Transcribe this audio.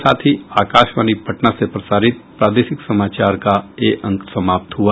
इसके साथ ही आकाशवाणी पटना से प्रसारित प्रादेशिक समाचार का ये अंक समाप्त हुआ